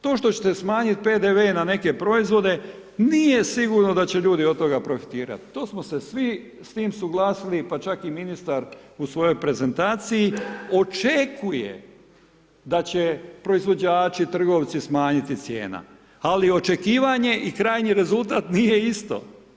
To što ćete smanjiti PDV na neke proizvode, nije sigurno da će ljudi od toga profitirati, to smo se svi s tim suglasili pa čak i ministar u svojoj prezentaciji, očekuje da će proizvođači, trgovci smanjiti cijene ali očekivanje i krajnji rezultat, nije isto.